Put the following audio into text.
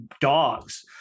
dogs